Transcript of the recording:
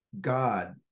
God